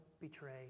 betray